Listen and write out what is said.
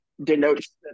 denotes